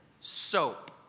soap